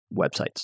websites